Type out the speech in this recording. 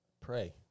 Pray